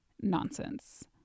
nonsense